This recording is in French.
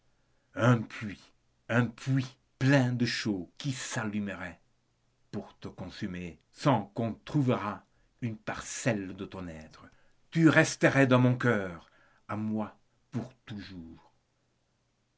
la justice un puits plein de chaux qui s'allumerait pour te consumer sans qu'on retrouvât une parcelle de ton être tu resterais dans mon cœur à moi pour toujours